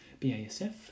BASF